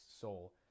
soul